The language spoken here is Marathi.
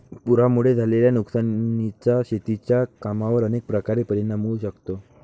पुरामुळे झालेल्या नुकसानीचा शेतीच्या कामांवर अनेक प्रकारे परिणाम होऊ शकतो